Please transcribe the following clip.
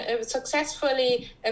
successfully